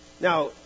Now